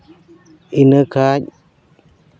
ᱤᱱᱟᱹᱠᱷᱟᱡ